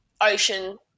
ocean